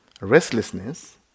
restlessness